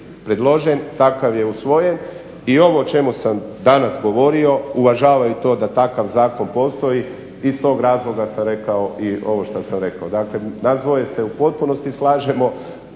takav je usvojen i ovo o čemu sam danas govorio uvažava i to da takav zakon postoji iz tog razloga sam rekao i ovo šta sam rekao. Dakle, nas dvoje se u potpunosti slažemo,